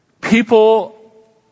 people